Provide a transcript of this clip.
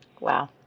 Wow